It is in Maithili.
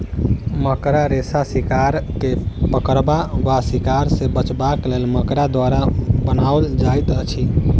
मकड़ा रेशा शिकार के पकड़बा वा शिकार सॅ बचबाक लेल मकड़ा द्वारा बनाओल जाइत अछि